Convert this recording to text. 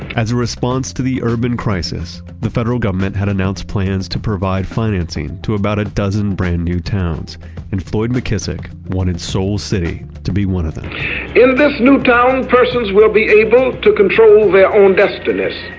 as a response to the urban crisis, the federal government had announced plans to provide financing to about a dozen brand new towns and floyd mckissick wanted soul city to be one of them in this new town, persons will be able to control their own destinies.